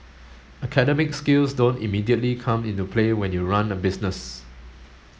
academic skills don't immediately come into play when you run a business